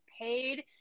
paid